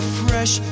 fresh